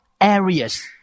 areas